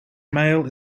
mail